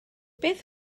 beth